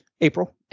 April